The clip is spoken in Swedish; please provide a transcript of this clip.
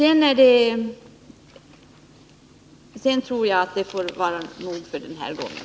Därmed tror jag att det får vara nog för den här gången.